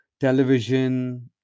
television